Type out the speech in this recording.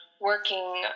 working